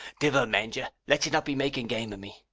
divil mend you! let you not be making game of me.